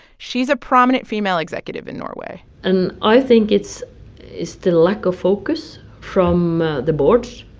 she's a prominent female executive in norway and i think it's it's the lack of focus from the boards.